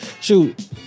shoot